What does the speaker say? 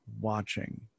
watching